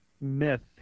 myth